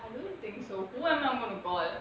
I don't think so who am I going to call